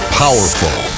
powerful